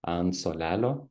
ant suolelio